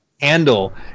handle